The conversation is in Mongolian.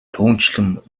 түүнчлэн